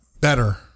better